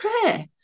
prayer